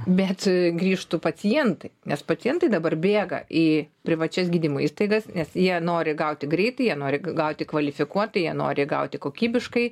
bet grįžtų pacientai nes pacientai dabar bėga į privačias gydymo įstaigas nes jie nori gauti greitai jie nori g gauti kvalifikuotai jie nori gauti kokybiškai